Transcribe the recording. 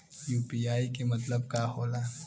UPI के मतलब का होला?